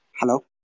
Hello